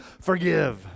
forgive